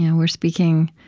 and we're speaking